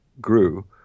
grew